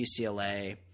UCLA